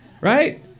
right